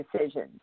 decisions